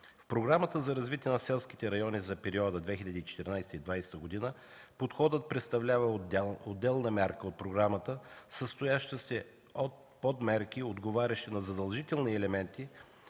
В Програмата за развитие на селските райони за периода 2014-2020 г. подходът представлява отделна мярка от програмата, състояща се от подмерки, отговарящи на задължителни елементи.